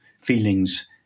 feelings